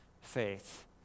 faith